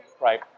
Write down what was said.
Right